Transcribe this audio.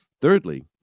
Thirdly